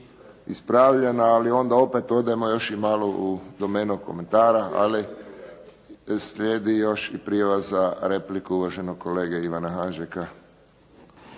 ispravljena ali onda opet odemo i malo još u domenu komentara. Slijedi još i prijava za repliku uvaženog kolege Ivana Hanžeka.